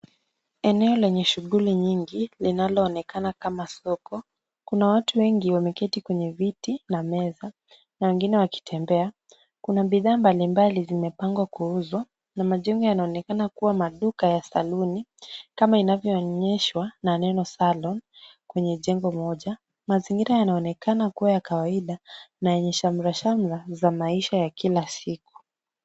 Eneo lenye shughuli nyingi linaloonekana kama soko, kuna watu wengi wameketi kwenye viti na meza, na wengine wakitembea, kuna bidhaa mbalimbali zimepangwa kuuzwa na majengo yanaonekana kuwa maduka ya saluni, kama inavyoonyeshwa na neno 'salon', kwenye jengo moja, mazingira yanaonekana kuwa ya kawaida na yenye shamrashmra za maisha ya kila siku.